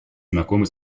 знакомы